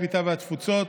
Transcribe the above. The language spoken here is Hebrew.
הקליטה והתפוצות,